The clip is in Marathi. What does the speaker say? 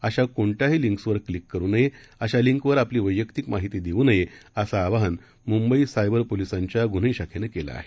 अशा कोणत्याही लिंक्सवर क्लिक करू नये अशा लिंकवर आपली वैयक्तिक माहिती देवू नये असं आवाहन मुंबई सायबर पोलीसांच्या गुन्हे शाखेनं केलं आहे